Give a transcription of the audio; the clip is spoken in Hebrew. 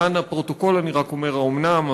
למען הפרוטוקול אני רק אומר: האומנם?